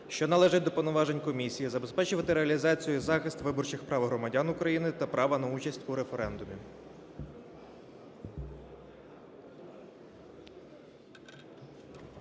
що належать до повноважень Комісії, забезпечувати реалізацію і захист виборчих прав громадян України та право на участь у референдумі.